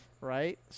Right